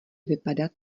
vypadat